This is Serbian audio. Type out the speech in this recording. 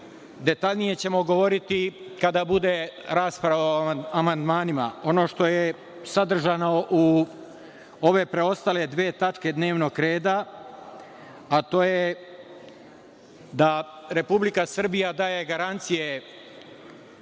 detaljnije ćemo govoriti kada bude rasprava o amandmanima. Ono što je sadržano u preostale dve tačke dnevnog reda, a to je da Republika Srbija daje garancije